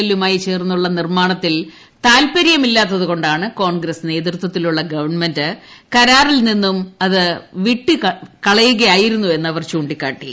എല്ലുമായി ചേർന്നുള്ള നിർമ്മാണത്തിൽ താത്പരൃമില്ലാത്തുകൊണ്ട് കോൺഗ്രസ് നേതൃത്വത്തിലുള്ള ഗവർണമെന്റ് കരാറിൽ നിന്നും അത് വിട്ടുകളയുകയായിരുന്നുവെന്ന് അവർ ചൂണ്ടിക്കാട്ടി